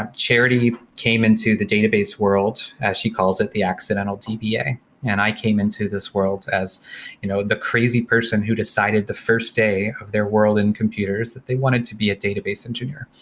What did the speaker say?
ah charity came into the database world, as she calls it, the accidental dba, and i came into this world as you know the crazy person who decided the first day of their world in computers that they wanted to be a database engineer,